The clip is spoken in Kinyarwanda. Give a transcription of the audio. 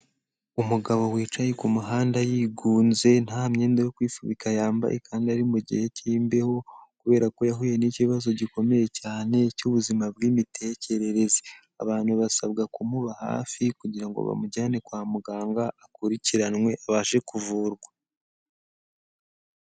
Umugabo wicaye ku muhanda yigunze nta myenda yo kwifubika yambaye kandi ari mu gihe cy'imbeho kubera ko yahuye n'ikibazo gikomeye cyane cy'ubuzima bw'imitekerereze, abantu basabwa kumuba hafi kugira ngo bamujyane kwa muganga akurikiranwe abashe kuvurwa.